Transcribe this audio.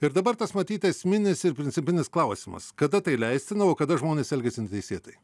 ir dabar tas matyt esminis ir principinis klausimas kada tai leistina o kada žmonės elgiasi teisėtai